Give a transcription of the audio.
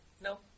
No